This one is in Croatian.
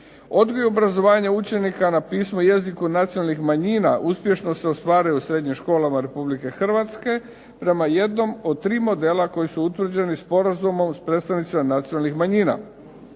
Odgoj i obrazovanje učenika na pismu i jeziku nacionalnih manjina uspješno se ostvaruje u srednjim školama Republike Hrvatske, prema jednom od tri modela koji su utvrđeni sporazumom s predstavnicima nacionalnih manjina.